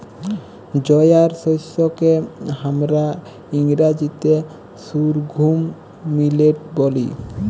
জয়ার শস্যকে হামরা ইংরাজিতে সর্ঘুম মিলেট ব্যলি